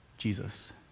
Jesus